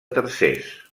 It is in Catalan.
tercers